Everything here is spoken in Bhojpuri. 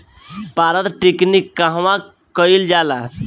पारद टिक्णी कहवा कयील जाला?